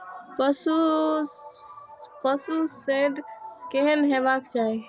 पशु शेड केहन हेबाक चाही?